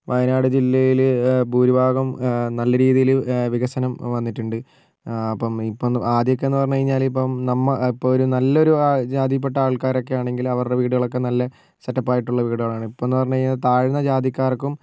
വയനാട് ജില്ലയിൽ ഭൂരിഭാഗം നല്ല രീതിയിൽ വികസനം വന്നിട്ടുണ്ട് അപ്പം ഇപ്പന്ന് ആദ്യം ഒക്കെന്ന് പറഞ്ഞ് കഴിഞ്ഞാൽ ഇപ്പം നമ്മൾ ഇപ്പം ഒരു നല്ല ഒരു ജാതിയിൽപ്പെട്ട ആൾക്കാരൊക്കെ ആണെങ്കിൽ അവർടെ വീടുകളൊക്കെ നല്ല സെറ്റപായിട്ടുള്ള വീടുകളാണ് ഇപ്പൊഴേന്ന് പറഞ്ഞ് കഴിഞ്ഞാൽ താഴ്ന്ന ജാതിക്കാർക്കും